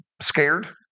scared